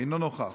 אינו נוכח.